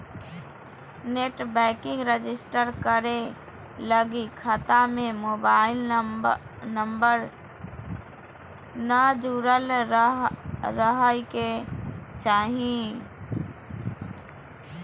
net banking register करे लगी खता में मोबाईल न जुरल रहइ के चाही